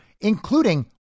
including